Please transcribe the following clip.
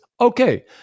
okay